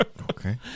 Okay